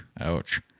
Ouch